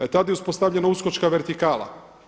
E tada je uspostavljena uskočka vertikala.